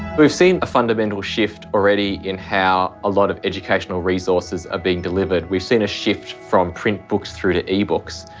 we've seen a fundamental shift already in how a lot of educational resources are ah being delivered. we've seen a shift from print books through to ebooks.